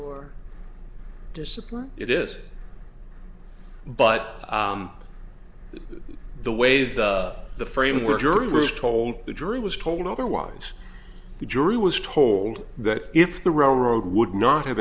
or discipline it is but the way the the framework jury was told the jury was told otherwise the jury was told that if the railroad would not have